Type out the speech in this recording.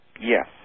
yes